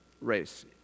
race